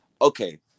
okay